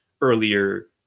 earlier